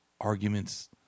arguments